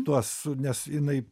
tuos nes jinai